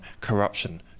corruption